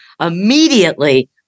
immediately